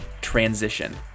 transition